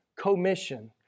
commission